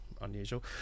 unusual